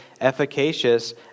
efficacious